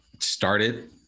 started